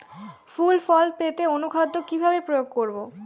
ফুল ফল পেতে অনুখাদ্য কিভাবে প্রয়োগ করব?